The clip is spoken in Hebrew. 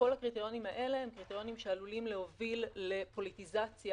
כל הקריטריונים האלה עלולים להוביל לפוליטיזציה